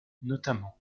notamment